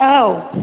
औ